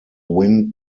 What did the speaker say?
wind